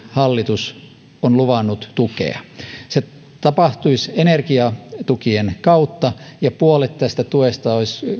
hallitus on luvannut tukea korvaaviin investointeihin se tapahtuisi energiatukien kautta ja puolet tästä tuesta olisi